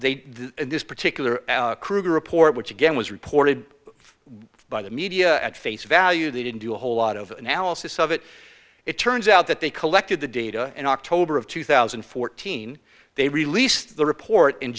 this particular krueger report which again was reported by the media at face value they didn't do a whole lot of analysis of it it turns out that they collected the data in october of two thousand and fourteen they released the report in